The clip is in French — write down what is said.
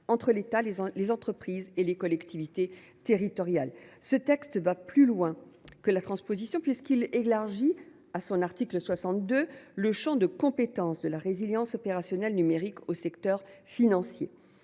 entre l’État, les entreprises et les collectivités territoriales. Ce texte va plus loin que la transposition, puisqu’il élargit, dans son article 62, le champ d’application de la résilience opérationnelle numérique au secteur financier.